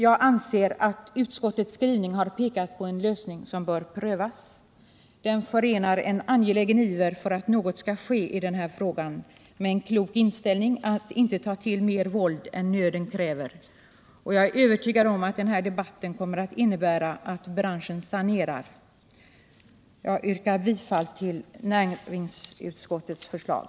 Jag anser att utskottets skrivning har pekat på en lösning som bör prövas. Den förenar en angelägen iver för att något skall ske i den här frågan med en klok inställning att inte ta till mer våld än nöden kräver. Och jag är övertygad om att den här debatten kommer att innebära att branschen sanerar. Jag yrkar bifall till näringsutskottets förslag.